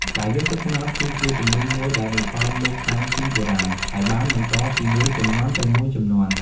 ការយកទឹកត្នោតគឺជាជំនាញមួយដែលបន្សល់មកតាំងពីបុរាណ ហើយបានបន្តពីមួយជំនាន់ទៅមួយជំនាន់។